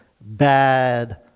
bad